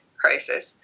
crisis